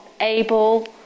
able